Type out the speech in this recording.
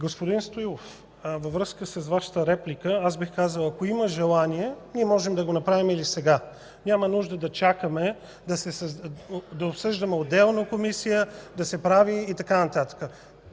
Господин Стоилов, във връзка с Вашата реплика, бих казал: ако има желание, можем да го направим и сега. Няма нужда да чакаме, да обсъждаме, да се прави отделна Комисия и така нататък.